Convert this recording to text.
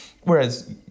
Whereas